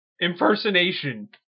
impersonation